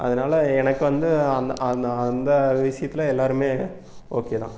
அதனால எனக்கு வந்து அந்த அந்த அந்த விசியத்தில் எல்லோருமே ஓகே தான்